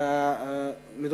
היינו שם.